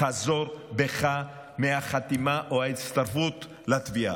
חזור בך מהחתימה או ההצטרפות לתביעה.